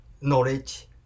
knowledge